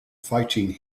fighting